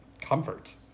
comfort